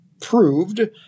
proved